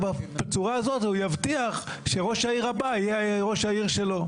ובצורה הזאת הוא יבטיח שראש העיר הבא יהיה ראש העיר שלו.